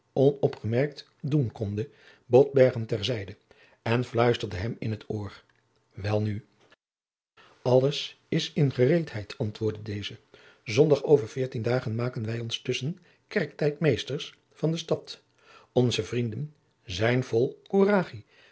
onopgemerkt doen konde botbergen ter zijde en fluisterde hem in t oor welnu alles is in gereedheid antwoordde deze zondag over veertien dagen maken wij ons tusschen kerktijd meesters van de stad onze vrienden zijn vol coeragie